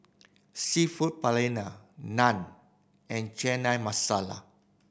Seafood Paella Naan and Chana Masala